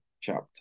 chapter